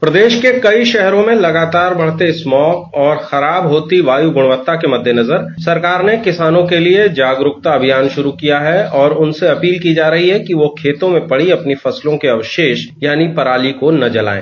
प्रदेश के कई शहरों में लगातार बढ़ते स्मोक और खराब होती वायु गुणवत्ता के मद्देनजर सरकार ने किसानों के लिए जागरूकता अभियान शुरू किया है और उनसे अपील की जा रही है कि वह खेतों में पड़ी अपनी फसलों के अवशेष यानी पराली को न जलाएं